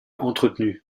entretenus